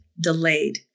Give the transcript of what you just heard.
delayed